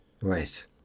Right